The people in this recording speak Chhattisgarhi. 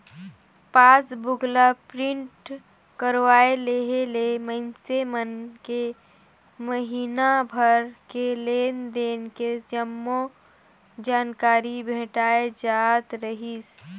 पासबुक ला प्रिंट करवाये लेहे ले मइनसे मन के महिना भर के लेन देन के जम्मो जानकारी भेटाय जात रहीस